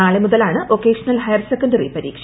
നാളെ മുതലാണ് vocational higher secondary പരീക്ഷ